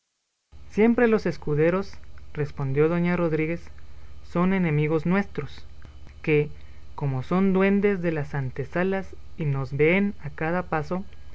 siempre los escuderos respondió doña rodríguez son enemigos nuestros que como son duendes de las antesalas y nos veen a cada paso